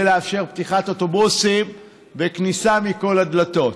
לאפשר פתיחת אוטובוסים וכניסה מכל הדלתות.